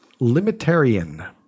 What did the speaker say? limitarian